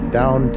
down